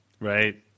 Right